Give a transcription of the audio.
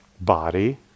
body